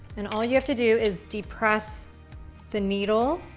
and all you have to do is depress the needle